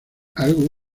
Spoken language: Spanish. algo